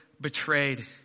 betrayed